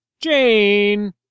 Jane